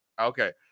okay